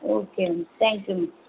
okay ma'am thank you ma'am